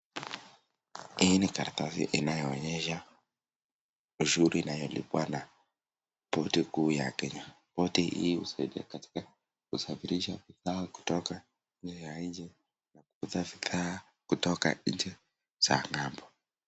Hii ni karatasi inayoonyesha ushuru inayolipwa na poti kuu ya Kenya. Poti hii husaidia katika kusafirisha bidhaa kutoka eneo ya nje na kutoa bidhaa kutoka nchi za ng'ambo.